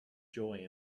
joy